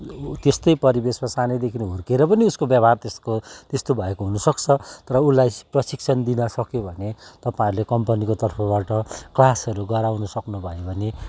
उ त्यस्तै परिवेशमा सानैदेखि हुर्केर पनि उसको व्यवहार त्यसको त्यस्तो भएको हुनु सक्छ तर उसलाई प्रशिक्षण दिन सक्यो भने तपाईँहरूले कम्पनीको तर्फबाट क्लासहरू गराउनु सक्नुभयो भने